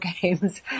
games